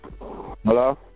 Hello